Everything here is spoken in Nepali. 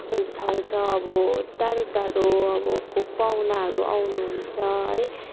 छाउँछ अब टाढो टाढो अब को पाहुनाहरू आउनुहुन्छ है